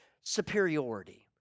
superiority